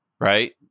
right